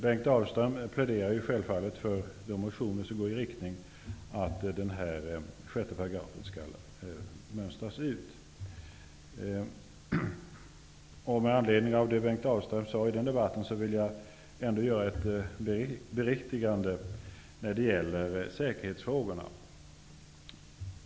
Bengt Dalström pläderade självfallet för motionen med förslag om att 6 § skall mönstras ut ur lagen. Jag vill göra ett beriktigande av vad Bengt Dalström sade om säkerhetsfrågorna.